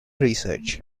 research